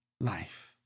life